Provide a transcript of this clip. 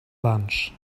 lunch